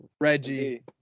Reggie